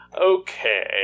Okay